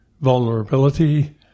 vulnerability